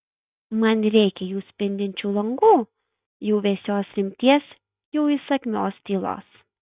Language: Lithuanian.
man reikia jų spindinčių langų jų vėsios rimties jų įsakmios tylos